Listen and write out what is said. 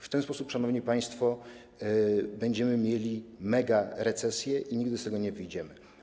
W ten sposób, szanowni państwo, będziemy mieli megarecesję i nigdy z tego nie wyjdziemy.